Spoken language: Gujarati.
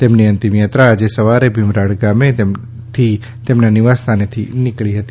તેમની અંતિમ યાત્રા આજે સવારે ભીમરાડ ગામે તેમના નિવાસસ્થાનેથી નીકળી હતી